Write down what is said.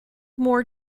more